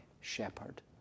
shepherd